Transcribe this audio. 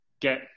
get